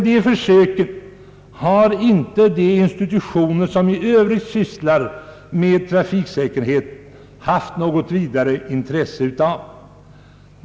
Dessa försök har inte de institutioner som för övrigt sysslar med trafiksäkerhet haft något vidare intresse av.